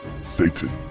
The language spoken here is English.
Satan